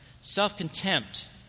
Self-contempt